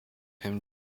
him